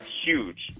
Huge